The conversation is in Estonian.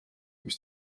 mis